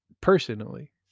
personally